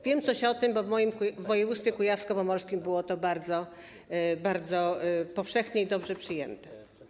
Wiem coś o tym, bo w moim województwie kujawsko-pomorskim było to bardzo powszechnie i dobrze przyjęte.